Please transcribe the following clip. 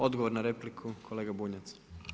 Odgovor na repliku, kolega Bunjac.